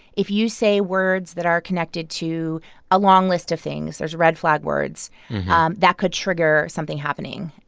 if you say words that are connected to a long list of things there's red flag words um that could trigger something happening.